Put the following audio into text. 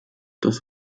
das